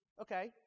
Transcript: Okay